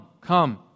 come